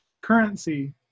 currency